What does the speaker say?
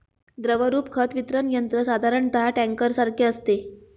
द्रवरूप खत वितरण यंत्र साधारणतः टँकरसारखे असते